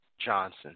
Johnson